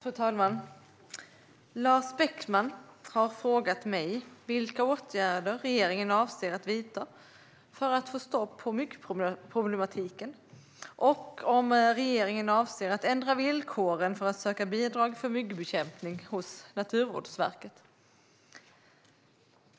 Svar på interpellation Fru talman! Lars Beckman har frågat mig vilka åtgärder regeringen avser att vidta för att få stopp på myggproblematiken och om regeringen avser att ändra villkoren för att söka bidrag för myggbekämpning hos Naturvårdsverket.